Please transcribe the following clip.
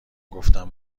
گفتم